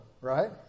right